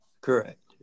Correct